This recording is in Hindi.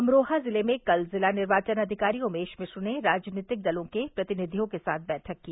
अमरोहा ज़िले में कल ज़िला निर्वाचन अधिकारी उमेश मिश्र ने राजनीतिक दलों के प्रतिनिधियों के साथ बैठक की